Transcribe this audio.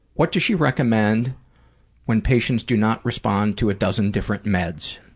what does she recommend when patients do not respond to a dozen different meds?